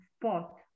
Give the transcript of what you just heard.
spot